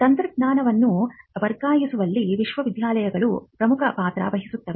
ತಂತ್ರಜ್ಞಾನವನ್ನು ವರ್ಗಾಯಿಸುವಲ್ಲಿ ವಿಶ್ವವಿದ್ಯಾಲಯಗಳು ಪ್ರಮುಖ ಪಾತ್ರ ವಹಿಸುತ್ತವೆ